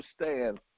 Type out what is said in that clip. understand